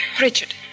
Richard